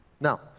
Now